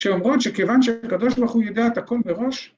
‫שאומרות שכיוון שהקדוש ברוך הוא יודע את הכול בראש...